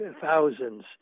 thousands